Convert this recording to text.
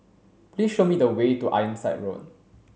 please show me the way to Ironside Road